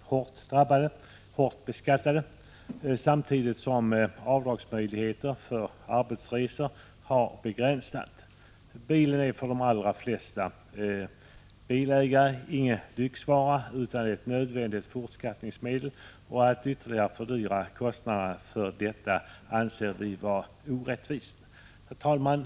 hårt drabbade och hårt beskattade, samtidigt som möjligheterna att göra avdrag för arbetsresor har begränsats. Bilen är för de allra flesta bilägare ingen lyxvara, utan ett nödvändigt fortskaffningsmedel. Att ytterligare fördyra kostnaderna för detta anser vi vara orättvist. Herr talman!